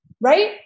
right